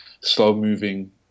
slow-moving